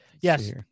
Yes